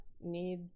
need